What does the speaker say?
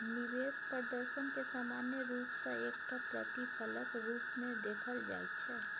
निवेश प्रदर्शनकेँ सामान्य रूप सँ एकटा प्रतिफलक रूपमे देखल जाइत छै